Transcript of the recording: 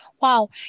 Wow